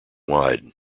wide